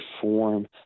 form